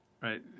right